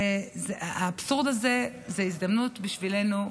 האבסורד הזה הוא הזדמנות בשבילנו,